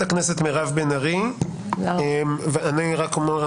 אני רק אומר,